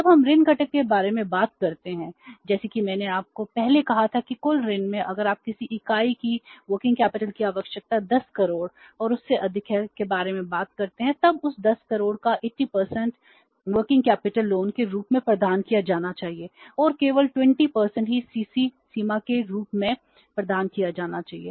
जब हम ऋण घटक के बारे में बात करते हैं जैसा कि मैंने आपको पहले कहा था कि कुल ऋण में अगर आप किसी इकाई की कार्यशील पूंजी के रूप में प्रदान किया जाना चाहिए और केवल 20 ही cc सीमा के रूप में प्रदान किया जाना चाहिए